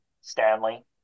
Stanley